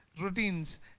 routines